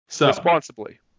Responsibly